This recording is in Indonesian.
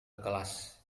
kelas